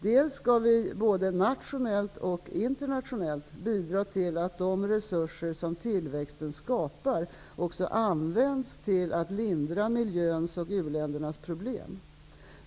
Dels skall vi både nationellt och internationellt bidra till att de resurser som tillväxten skapar också används till att lindra miljöns och u-ländernas problem.